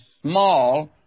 small